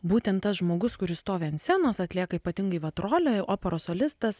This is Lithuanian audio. būtent tas žmogus kuris stovi ant scenos atlieka ypatingai vat rolę operos solistas